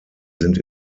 sind